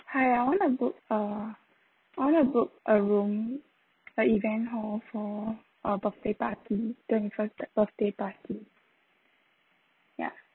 i I want to book uh want to book a room a event hall for a birthday party twenty first birthday party ya